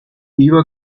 iba